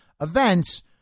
events